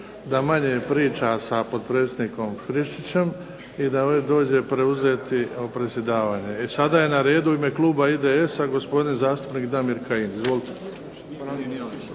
da manje priča sa potpredsjednikom Friščićem i da ovdje dođe preuzeti predsjedavanje. Sada je na redu u ime kluba IDS-a gospodin zastupnik Damir Kajin. Izvolite.